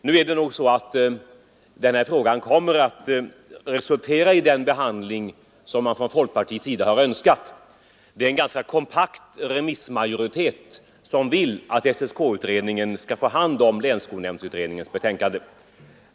Nu är det mycket möjligt att behandlingen av denna fråga kommer att resultera i den lösning som man från folkpartiets sida har önskat. Det är en ganska kompakt remissmajoritet som vill att SSK-utredningen skall få hand om länsskolnämndsutredningens betänkande.